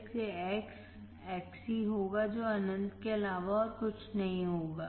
इसलिए X Xc होगा जो अनंत के अलावा और कुछ नहीं होगा